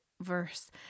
verse